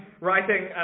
writing